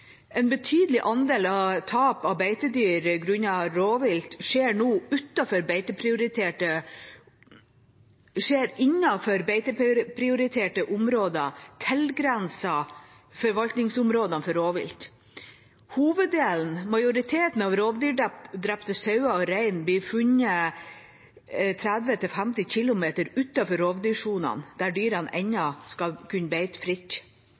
En betydelig andel av tap av beitedyr grunnet rovvilt skjer nå innenfor beiteprioriterte områder tilgrenset forvaltningsområdene for rovvilt. Majoriteten av rovdyrdrepte sauer og rein blir funnet 30–50 km utenfor rovdyrsonene, der dyra ennå skal kunne beite fritt.